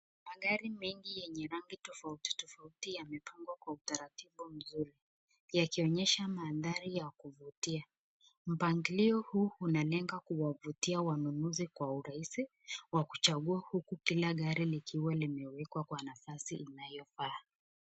Magari mengi yenye rangi tofauti tofauti yamepangwa kwa utaratibu mzuri, yakionyesha maandhari ya kuvutia. Mpangilio huu unalenga kuwavutia wanunuzi kwa urahisi wakuchagua huku kila gari likiwa limewekwa kwa nafasi inayofaa.